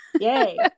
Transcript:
yay